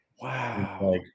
Wow